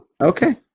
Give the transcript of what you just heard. Okay